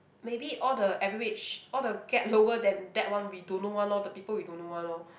maybe all the average all the get lower than that one we don't know one lor the people we don't know one lor